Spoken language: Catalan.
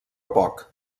poc